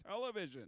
television